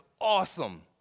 awesome